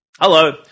Hello